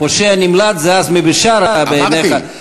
פושע נמלט זה עזמי בשארה, בעיניך, אמרתי.